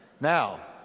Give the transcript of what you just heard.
now